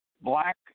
black